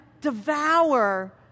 devour